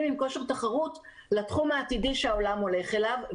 עם כושר תחרות לתחום העתידי שהעולם הולך אליו.